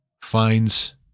finds